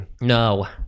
No